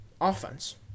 offense